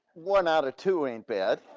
one out of two ain't bad.